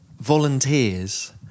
volunteers